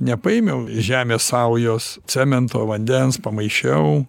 nepaėmiau žemės saujos cemento vandens pamaišiau